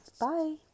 Bye